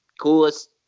coolest